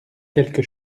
quelque